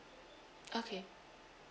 okay